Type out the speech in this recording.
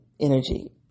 energy